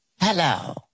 Hello